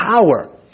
power